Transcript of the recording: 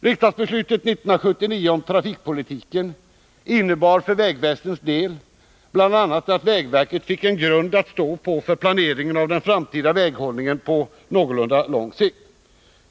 Riksdagsbeslutet 1979 om trafikpolitiken innebar för vägväsendets del bl.a. att vägverket fick en grund att stå på för planeringen av den framtida väghållningen på någorlunda lång sikt.